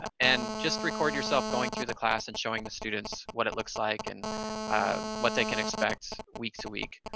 and just record yourself going through the class and showing the students what it looks like and what they can expect week to week.